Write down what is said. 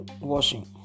washing